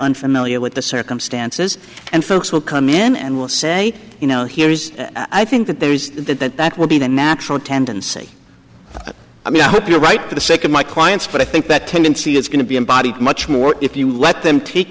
unfamiliar with the circumstances and folks will come in and will say you know here is i think that there is that that will be the natural tendency i mean i hope you're right for the sake of my clients but i think that tendency is going to be embodied much more if you let them take